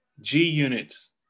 G-Unit's